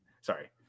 Sorry